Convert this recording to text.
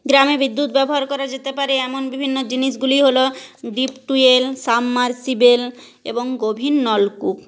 গ্রামে বিদ্যুৎ ব্যবহার করা যেতে পারে এমন বিভিন্ন জিনিসগুলি হলো ডিপ টু ওয়েল সাবমার্সিবল এবং গভীর নলকূপ